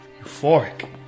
euphoric